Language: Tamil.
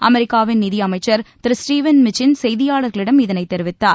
அமெரிக்காவின் நிதியமைச்சர் திரு ஸ்டீவன் மிச்சின் செய்தியாளர்களிடம் இதனைத் தெரிவித்தார்